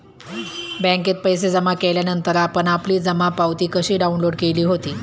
बँकेत पैसे जमा केल्यानंतर आपण आपली जमा पावती कशी डाउनलोड केली होती?